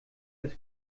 des